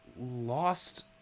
lost